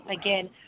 again